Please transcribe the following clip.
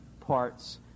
parts